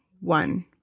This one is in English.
one